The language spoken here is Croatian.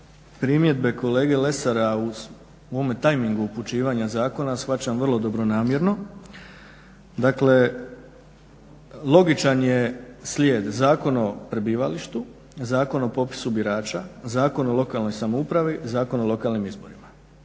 primjedbe kolege Lesara u ovome tajmingu upućivanja zakona shvaćam vrlo dobronamjerno dakle logičan je slijed Zakon o prebivalištu, Zakon o popisu birača, Zakon o lokalnoj samoupravi, Zakon o lokalnim izborima,